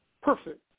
perfect